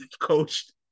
coached